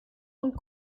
und